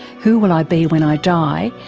who will i be when i die,